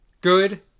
Good